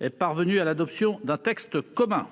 est parvenue à l'adoption d'un texte commun.